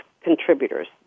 contributors